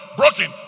broken